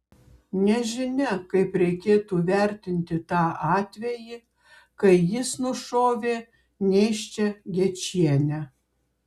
nežinia kaip reikėtų vertinti tą atvejį kai jis nušovė nėščią gečienę